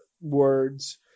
words